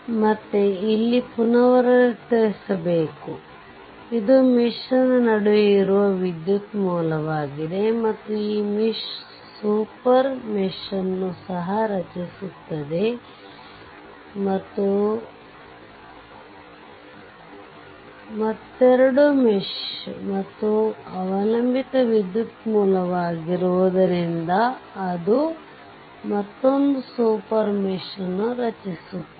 ಮತ್ತೆ ಇಲ್ಲಿ ಪುನರಾವರ್ತಿಸಬೇಕು ಇದು ಮೆಶ್ ನ ನಡುವೆ ಇರುವ ವಿದ್ಯುತ್ ಮೂಲವಾಗಿದೆ ಮತ್ತು ಈ ಮೆಶ್ ಸೂಪರ್ ಮೆಶ್ ನ್ನು ಸಹ ರಚಿಸುತ್ತದೆ ಇದು ಮತ್ತೆರಡು ಮೆಶ್ ಮತ್ತು ಅವಲಂಬಿತ ವಿದ್ಯುತ್ ಮೂಲವಾಗಿರುವುದರಿಂದ ಅದು ಮತ್ತೊಂದು ಸೂಪರ್ ಮೆಶ್ ನ್ನು ರಚಿಸುತ್ತದೆ